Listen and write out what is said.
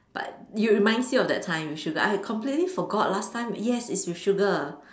but reminds you of that time with sugar I completely forgot last time yes it's with sugar